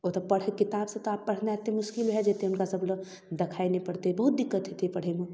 ओ तऽ पढ़ किताबसँ तऽ आब पढ़नाइ तऽ मोसकिल भऽ जेतै हुनकासभलए देखाइ नहि पड़तै बहुत दिक्कत हेतै पढ़ैमे